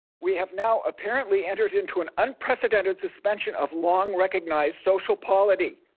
we have now apparently entered into an unprecedented suspension of long recognized social polity,